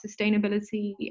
sustainability